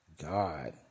God